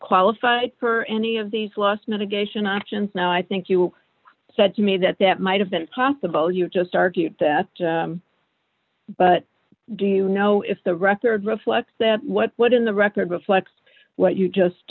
qualified for any of these last not a geisha an option now i think you said to me that that might have been possible you just argued that but do you know if the record reflects that what what in the record reflects what you just